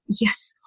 Yes